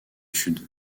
sud